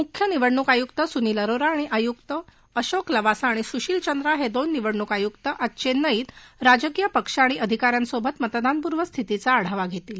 मुख्य निवडणूक आयुक्त सुनील अरोरा आणि आयुक्त अशोक लवासा आणि सुशील चंद्रा हव्विन निवडणूक आयुक्त आज चंचिईत राजकिय पक्ष आणि अधिकाऱ्यांसोबत मतदानपूर्व स्थितीचा आढावा घत्तील